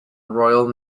royal